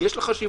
יש לה חשיבות.